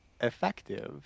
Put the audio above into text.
effective